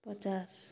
पचास